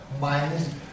minus